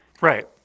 Right